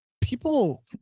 people